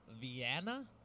Vienna